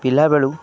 ପିଲାବେଳୁ